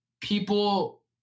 People